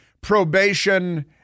probation